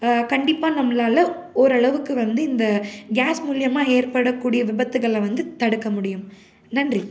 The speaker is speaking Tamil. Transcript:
கண்டிப்பாக நம்மளால் ஓரளவுக்கு வந்து இந்த கேஸ் மூலிமா ஏற்படக்கூடிய விபத்துக்களை வந்து தடுக்க முடியும் நன்றி